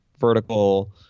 vertical